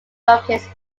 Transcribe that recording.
focused